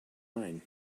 line